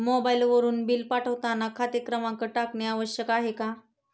मोबाईलवरून बिल पाठवताना खाते क्रमांक टाकणे आवश्यक आहे का?